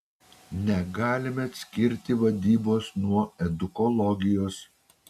negalime atskirti vadybos nuo edukologijos